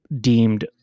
deemed